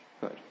Good